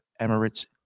Emirates